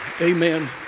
Amen